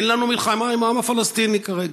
אין לנו מלחמה עם העם הפלסטיני כרגע.